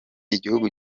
igihugu